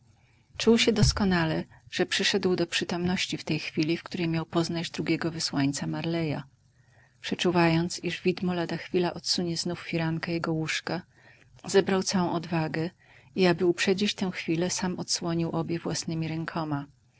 czuł doskonale że przyszedł do przytomności w tej chwili w której miał poznać drugiego wysłańca marleya przeczuwając iż widmo lada chwila odsunie znów firankę jego łóżka zebrał całą odwagę i aby uprzedzić tę chwilę sam odsłonił obie własnemi rękoma